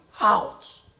out